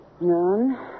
None